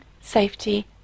safety